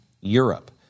Europe